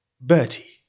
Bertie